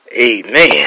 Amen